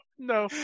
No